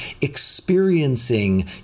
experiencing